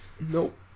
Nope